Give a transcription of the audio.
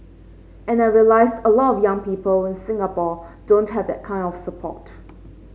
and I realised a lot of young people in Singapore don't have that kind of support